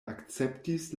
akceptis